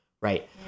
right